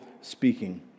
speaking